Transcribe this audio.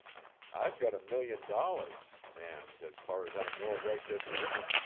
i've got a million dollars, and, as far as i know right this minute,